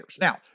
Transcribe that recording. Now